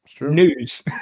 news